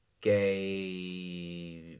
gay